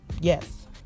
Yes